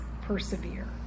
persevere